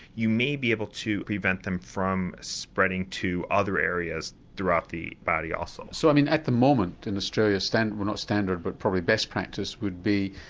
you may be able to prevent them from spreading to other areas throughout the body also. so i mean at the moment in australia standard, or not standard but probably best practice, would be,